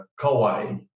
Kauai